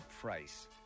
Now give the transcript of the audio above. price